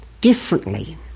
differently